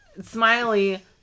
Smiley